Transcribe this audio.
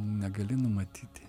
negali numatyti